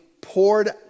poured